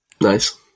Nice